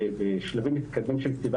בשלבים מתקדמים של כתיבה.